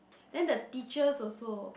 then the teachers also